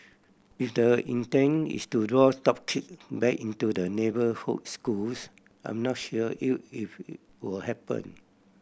if the intent is to draw top kid back into the neighbourhood schools I'm not sure you if it will happen